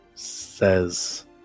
says